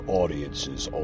audiences